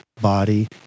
body